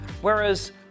whereas